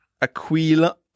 Aquila